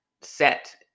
set